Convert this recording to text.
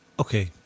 Okay